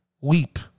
weep